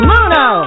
Muno